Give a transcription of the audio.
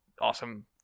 awesome